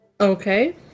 Okay